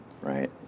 right